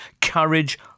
courage